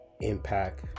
impact